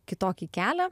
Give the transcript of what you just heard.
kitokį kelią